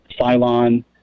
Cylon